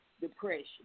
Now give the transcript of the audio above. depression